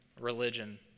religion